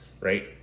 right